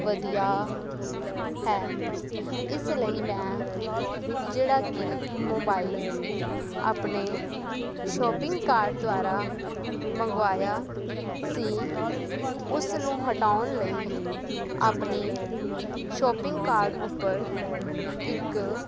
ਵਧੀਆ ਹੈ ਇਸ ਲਈ ਮੈਂ ਜਿਹੜਾ ਕਿ ਮੋਬਾਈਲ ਆਪਣੇ ਸ਼ੋਪਿੰਗ ਕਾਰਡ ਦੁਆਰਾ ਮੰਗਵਾਇਆ ਸੀ ਉਸ ਨੂੰ ਹਟਾਉਣ ਲਈ ਆਪਣੀ ਸ਼ੋਪਿੰਗ ਕਾਰਡ ਉੱਪਰ ਇੱਕ